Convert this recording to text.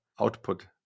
output